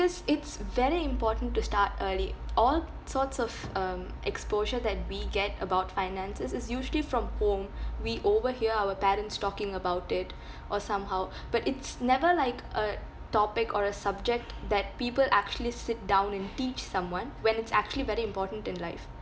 it's very important to start early all sorts of um exposure that we get about finances is usually from home we overhear our parents talking about it or somehow but it's never like a topic or a subject that people actually sit down and teach someone when it's actually very important in life